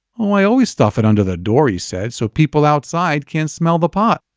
um i always stuff it under the door, he said, so people outside can't smell the pot.